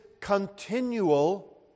continual